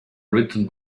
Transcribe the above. written